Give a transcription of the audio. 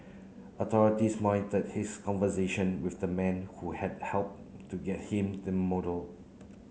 authorities monitored his conversation with the man who had help to get him the motor